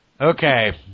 Okay